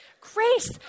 grace